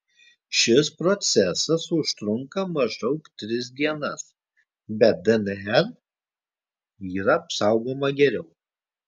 šis procesas užtrunka maždaug tris dienas bet dnr yra apsaugoma geriau